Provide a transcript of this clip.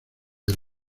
del